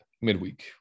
midweek